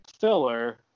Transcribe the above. filler